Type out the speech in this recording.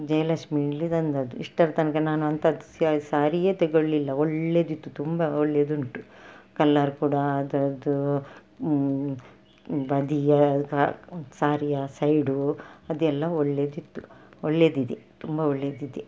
ಜಯಲಕ್ಷ್ಮಿಯಲ್ಲಿ ತಂದದ್ದು ಇಷ್ಟರ ತನಕ ನಾನು ಅಂಥದ್ದು ಸಾರಿಯೇ ತಗೊಳ್ಳಿಲ್ಲ ಒಳ್ಳೇದಿತ್ತು ತುಂಬ ಒಳ್ಳೇದುಂಟು ಕಲರ್ ಕೂಡಾ ಅದ್ರದ್ದು ಬದಿಯ ಸಾರಿಯ ಸೈಡು ಅದೆಲ್ಲ ಒಳ್ಳೇದಿತ್ತು ಒಳ್ಳೇದಿದೆ ತುಂಬ ಒಳ್ಳೇದಿದೆ